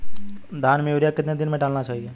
धान में यूरिया कितने दिन में डालना चाहिए?